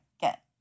get